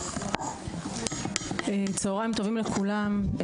צהרים טובים לכולם,